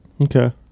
Okay